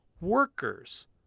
workers